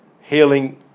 healing